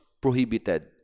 prohibited